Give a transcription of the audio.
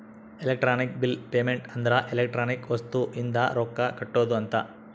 electronic bill payment ಅಂದ್ರ electronic ವಸ್ತು ಇಂದ ರೊಕ್ಕ ಕಟ್ಟೋದ ಅಂತ